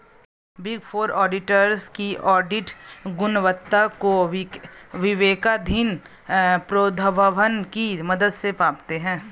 big four auditors की audit गुणवत्ता को विवेकाधीन प्रोद्भवन की मदद से मापते हैं